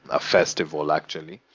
a festival, actually.